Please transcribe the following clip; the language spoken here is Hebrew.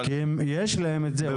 למיטב הבנתי --- כי אם יש להם את זה,